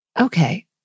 Okay